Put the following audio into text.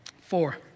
Four